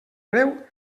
greu